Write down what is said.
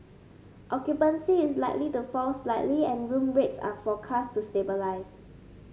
occupancy is likely to fall slightly and room rates are forecast to stabilise